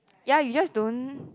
ya you just don't